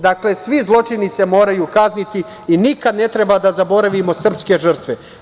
Dakle, svi zločini se moraju kazniti i nikada ne treba da zaboravimo srpske žrtve.